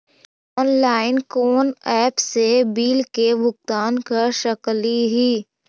Online कोन app से bill के भुगतान कर सकली ही?